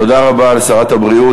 תודה רבה לשרת הבריאות.